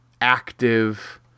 active